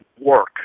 work